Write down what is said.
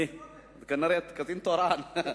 אני קצין תורן.